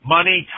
Money